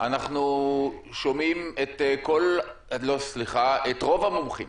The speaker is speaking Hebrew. אנחנו שומעים את רוב המומחים,